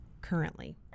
currently